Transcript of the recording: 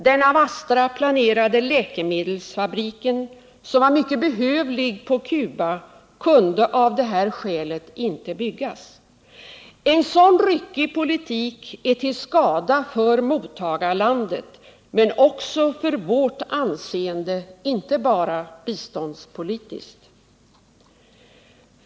Den av ASTRA planerade läkemedelsfabriken, som var mycket behövlig på Cuba, kunde av detta skäl inte byggas. En sådan ryckig politik är till skada för mottagarlandet men också för vårt anseende, inte bara biståndspolitiskt.